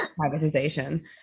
privatization